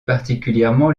particulièrement